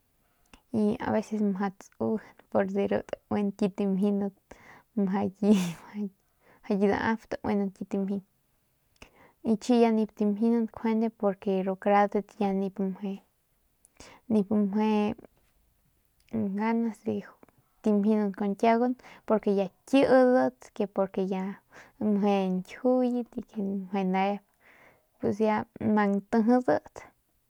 Y aveces mjau tsugan pur de ru tauinan mjau ki tamjinan mjau ki daap ki tauin y chi ya nip tamjinan porque ru kadat nip mje ya nip mje nip mje ganas de tamjinan kun kiuguan porque ya kidat porque ya mje ñkjiuyet meje nep pus ya mjang tijidat.